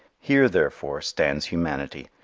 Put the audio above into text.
here, therefore, stands humanity,